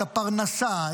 את הפרנסה,